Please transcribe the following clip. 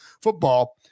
football